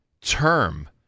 term